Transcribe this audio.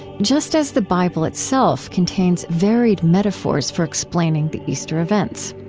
just as the bible itself contains varied metaphors for explaining the easter events.